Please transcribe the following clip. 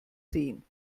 sehen